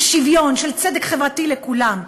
של שוויון ושל צדק חברתי לכולם,